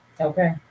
Okay